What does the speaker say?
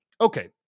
Okay